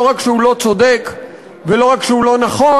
לא רק שהוא לא צודק ולא רק שהוא לא נכון,